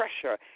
pressure